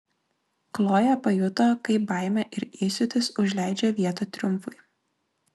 kloja pajuto kaip baimė ir įsiūtis užleidžia vietą triumfui